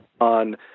on